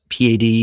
PAD